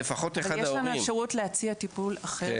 אבל יש לנו אפשרות להציע טיפול אחר